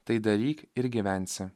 tai daryk ir gyvensi